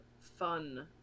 fun